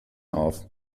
auf